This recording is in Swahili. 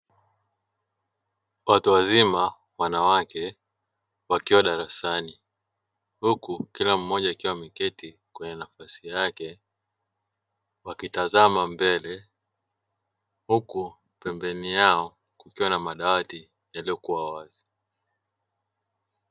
Watu wazima wanawake wakiwa darasani huku kila mmoja akiwa ameketi kwenye nafasi yake wakitazama mbele huku pembeni yao kukiwa na madawati yaliyokuwa wazi.